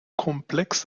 komplex